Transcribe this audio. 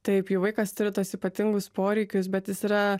taip jų vaikas turi tuos ypatingus poreikius bet jis yra